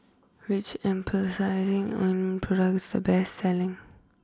which Ointment product is the best selling